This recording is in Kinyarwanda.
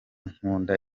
nkunda